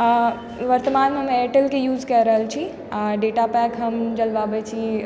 वर्तमानमे एयरटेलके यूज कए रहल छी डेटा पैक हम डलबाबय छी